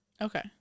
Okay